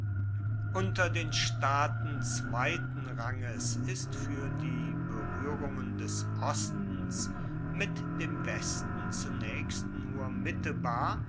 unter den staaten zweiten ranges ist fuer die beruehrungen des ostens mit dem westen zunaechst nur mittelbar